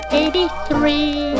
eighty-three